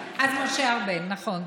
נכון.